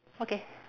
okay